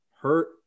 hurt